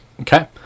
Okay